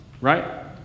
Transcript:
right